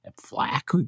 flack